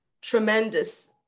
tremendous